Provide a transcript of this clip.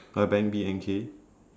uh bank B A N K